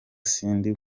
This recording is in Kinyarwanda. sindi